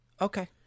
Okay